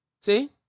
See